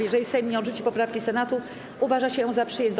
Jeżeli Sejm nie odrzuci poprawki Senatu, uważa się ją za przyjętą.